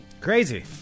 Crazy